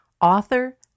author